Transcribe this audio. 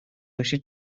باشید